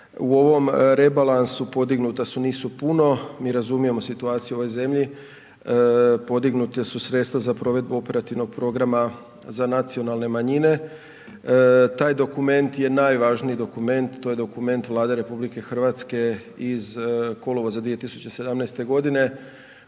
u ovom rebalansu podignuta su, nisu puno, mi razumijemo situaciju u ovoj zemlji, podignuta su sredstva za provedbu operativnog programa za nacionalne manjine, taj dokument je najvažniji dokument, to je dokument Vlade RH iz kolovoza 2017.g.